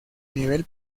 nivel